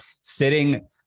sitting